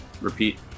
Repeat